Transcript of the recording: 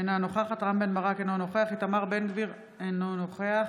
אינה נוכחת רם בן ברק, אינו נוכח